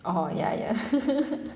oh ya ya